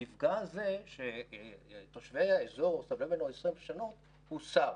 המפגע הזה שתושבי האזור סובלים ממנו 20 שנה הוסר.